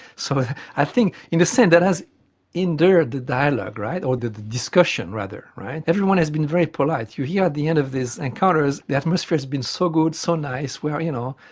so i think in a sense that has endeared the dialogue, right, or the discussion, rather, right? everyone has been very polite. you hear at the end of these encounters the atmosphere has been so good, so nice, where you know,